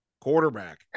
Quarterback